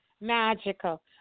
Magical